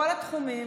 בכל התחומים.